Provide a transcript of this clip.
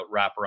wraparound